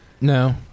No